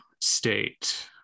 state